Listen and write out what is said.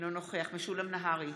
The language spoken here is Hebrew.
אינו נוכח משולם נהרי,